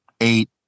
eight